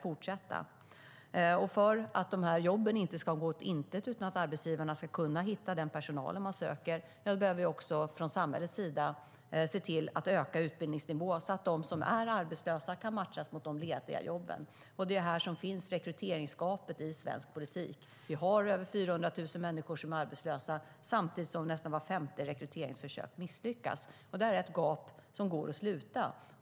För att dessa jobb inte ska gå om intet och för att arbetsgivarna ska kunna hitta den personal de söker måste vi också från samhällets sida öka utbildningsnivån så att de som är arbetslösa kan matchas mot de lediga jobben. Det är här rekryteringsgapet finns. Vi har över 400 000 människor som är arbetslösa, samtidigt som nästan vart femte rekryteringsförsök misslyckas. Det är ett gap som går att sluta.